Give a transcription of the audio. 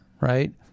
right